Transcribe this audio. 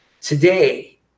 Today